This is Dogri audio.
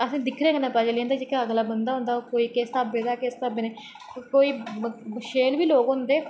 असेंगी दिक्खने कन्नै पता चली जंदा कि अगला बंदा किस हिसावे दा किस हिसाबे दा नेईं कोई शैल बी लोग होंदे